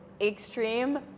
extreme